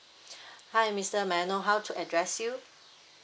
hi mister may I know how to address you